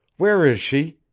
where is she?